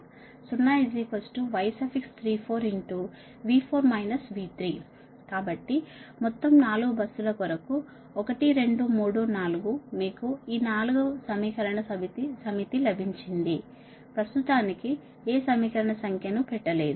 0 y34 కాబట్టి మొత్తం 4 బస్సుల కొరకు 1 2 3 4 మీకు ఈ 4 వ సమీకరణ సమితి లభించింది ప్రస్తుతానికి ఏ సమీకరణ సంఖ్యను పెట్టలేదు